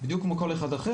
בדיוק כמו כל אחד אחר.